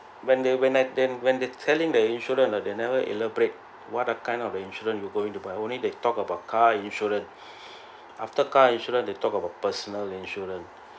when they when I then when they telling the insurance ah they never elaborate what are kind of insurance you going to buy only they talk about car insurance after car insurance they talk about personal insurance